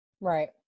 Right